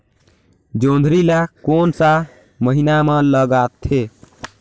जोंदरी ला कोन सा महीन मां लगथे?